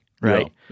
right